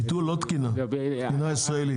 ביטול לא של תקינה, תקינה ישראלית.